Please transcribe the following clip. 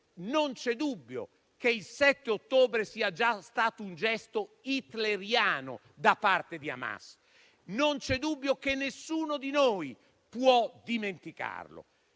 non c'è dubbio che quello del 7 ottobre sia stato un gesto hitleriano da parte di Hamas. Non c'è dubbio che nessuno di noi possa dimenticarlo.